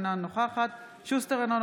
אינה נוכחת אלון שוסטר,